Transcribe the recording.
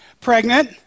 Pregnant